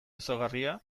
ezaugarria